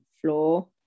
floor